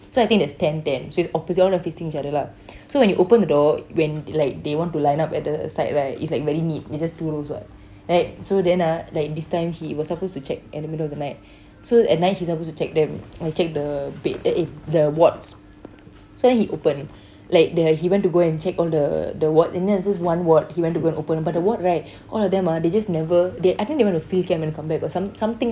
so I think theres ten ten so it's opposite all facing each other lah so when you open the door when like they want to line up at the side right is like very neat it's just two rows [what] right so then ah like this time he was supposed to check at the middle of the night so at night he supposed to check them like check the bed eh eh the wards so then he open like the he went to go and check all the the ward and then there was just this one ward he went to go and open but the ward right all of them ah they just never I think they went to field camp and comeback some~ something